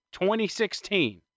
2016